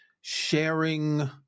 sharing